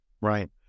Right